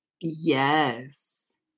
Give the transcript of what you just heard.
Yes